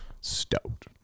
Stoked